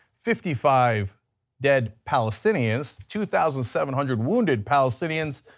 fifty five dead palestinians, two thousand seven hundred wounded palestinians,